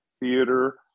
theater